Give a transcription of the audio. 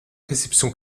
réception